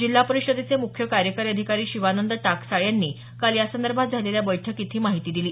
जिल्हा परिषदेचे मुख्य कार्यकारी अधिकारी शिवानंद टाकसाळे यांनी काल यासंदर्भात झालेल्या बैठकीत ही माहिती दिली